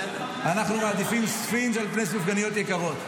אנחנו מעדיפים ספינג' על פני סופגניות יקרות.